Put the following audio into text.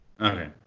okay